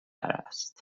است